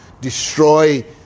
destroy